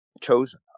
chosen